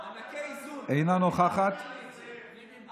בוועדת חינוך, מפלים אותו לרעה,